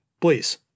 Please